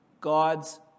God's